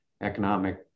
economic